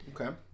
okay